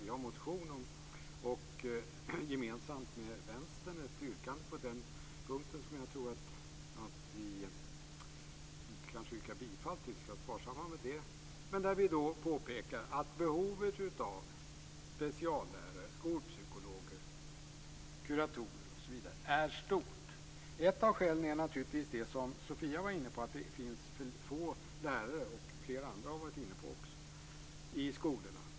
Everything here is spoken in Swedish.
Vi har en motion och gemensamt med Vänstern ett yrkande på den punkten som jag tror att vi kanske inte kan yrka bifall till, för vi skall vara sparsamma med det. Där påpekar vi att behovet av speciallärare, skolpsykologer, kuratorer osv. är stort. Ett av skälen är det som Sofia Jonsson var inne på, att det finns för få lärare i skolorna. Flera andra har varit inne på det.